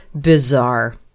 bizarre